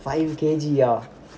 five K_G ah